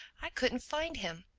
i couldn't find him.